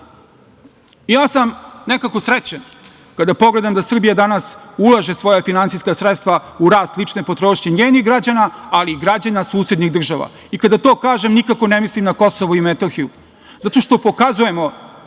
Ja sam nekako srećan kada pogledam da Srbija danas ulaže svoja finansijska sredstva u rast lične potrošnje njenih građana, ali i građana susednih država. Kada to kažem, nikako ne mislim na Kosovo i Metohiju, zato što pokazujemo,